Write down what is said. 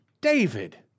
David